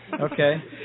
Okay